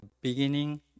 beginning